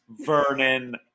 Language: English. Vernon